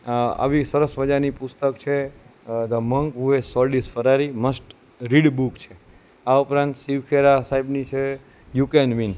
આવી સરસ મજાની પુસ્તક છે the monk who has sold his Ferrari must read book છે આ ઉપરાંત શિવ ખેરા સાહેબની છે યુ કેન વીન